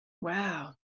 Wow